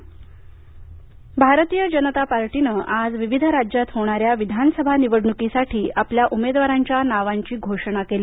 भाजपा विधानसभा भारतीय जनता पार्टीनं आज विविध राज्यात होणाऱ्या विधानसभा निवडणुकीसाठी आपल्या उमेदवारांच्या नावांची घोषणा केली